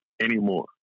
anymore